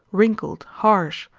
wrinkled, harsh,